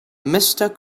mister